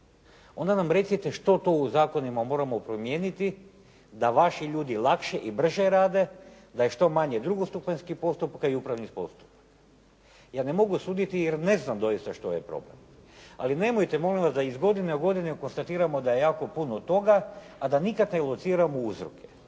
onda nam recite što to u zakonima moramo promijeniti da vaši ljudi lakše i brže rade, da je što manje drugostupanjskih postupaka i upravnih postupaka. Ja ne mogu suditi jer ne znam doista što je problem, ali nemojte molim vas da iz godine u godine konstatiramo da je jako puno toga, a da nikad ne …/Govornik